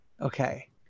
Okay